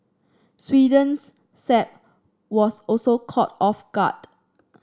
Sweden's Saab was also caught off guard